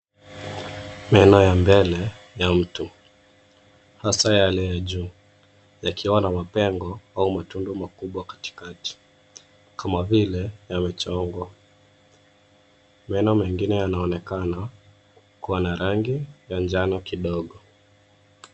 Meno ya mbele ya mtu, hasa yale ya juu, yakiwa na mapengo au matundu makubwa katikati, kama vile yamechongwa. Meno mengine yanaonekana kuwa na rangi ya njano kidogo.